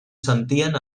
sentien